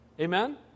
Amen